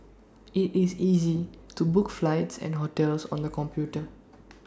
IT is easy to book flights and hotels on the computer